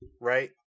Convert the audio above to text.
right